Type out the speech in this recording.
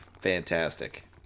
Fantastic